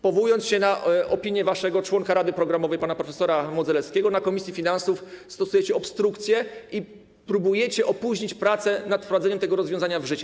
Powołując się na opinię waszego członka rady programowej pana prof. Modzelewskiego, na posiedzeniu komisji finansów stosujecie obstrukcję i próbujecie opóźnić prace nad wprowadzeniem tego rozwiązania w życie.